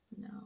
No